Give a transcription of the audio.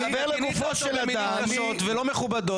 הוא מדבר לגופו של --- ולא מכובדות.